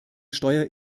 steuer